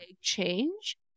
change